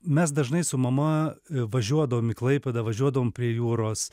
mes dažnai su mama važiuodavom į klaipėdą važiuodavom prie jūros